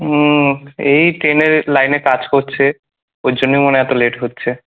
হুম এই ট্রেনের লাইনে কাজ করছে ওর জন্যেই মনে হয় এতো লেট হচ্ছে